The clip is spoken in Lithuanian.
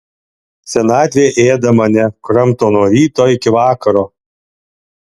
senatvė ėda mane kramto nuo ryto iki vakaro